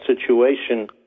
situation